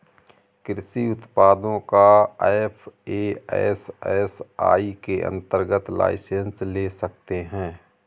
कृषि उत्पादों का एफ.ए.एस.एस.आई के अंतर्गत लाइसेंस ले सकते हैं